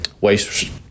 waste